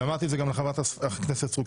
ואמרתי את זה גם לחברת הכנסת סטרוק,